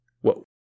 Whoa